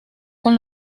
con